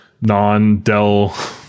non-Dell